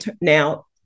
now